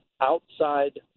outside